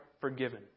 forgiven